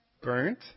burnt